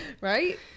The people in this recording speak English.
right